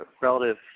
relative